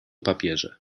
papierze